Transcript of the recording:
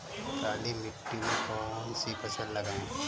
काली मिट्टी में कौन सी फसल लगाएँ?